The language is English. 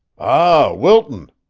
ah, wilton,